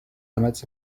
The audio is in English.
limits